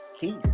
Peace